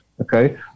okay